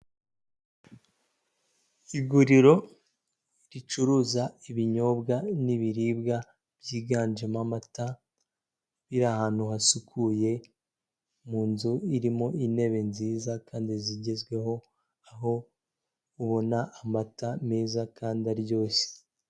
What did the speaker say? Iguriro ricuruza ibinyobwa n'ibiribwa byiganjemo amata, riri ahantu hasukuye mu nzu irimo intebe nziza kandi zigezweho aho ubona amata meza kandi aryoshye.